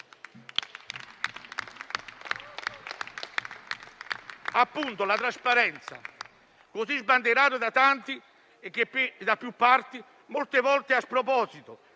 La trasparenza - così sbandierata da tanti e da più parti, molte volte a sproposito